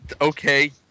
Okay